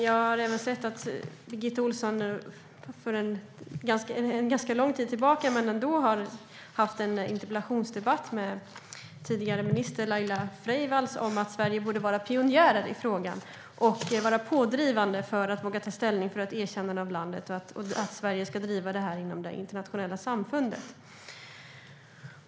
Jag har även sett att Birgitta Ohlsson hade en interpellationsdebatt - det var ganska länge sedan, men ändå - med dåvarande minister Laila Freivalds om att Sverige borde vara en pionjär i frågan, driva på för att våga ta ställning för ett erkännande av Somaliland och driva detta inom det internationella samfundet.